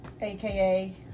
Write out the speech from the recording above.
aka